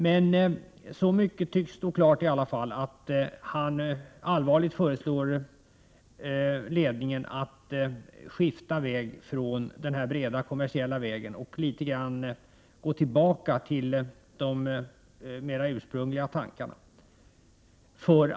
Det står emellertid klart att författaren på allvar föreslår ledningen att om man vill lyckas bör man avstå från den breda kommersiella vägen och gå tillbaka till de mer ursprungliga idealen.